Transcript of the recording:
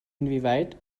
inwieweit